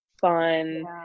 fun